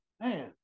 man